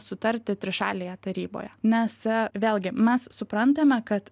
sutarti trišalėje taryboje nes vėlgi mes suprantame kad